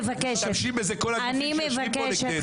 משתמשים בזה כל הגופים שיושבים פה נגדנו.